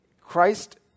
Christ